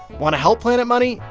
want to help planet money?